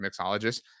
Mixologist